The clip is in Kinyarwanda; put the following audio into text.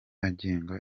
agenga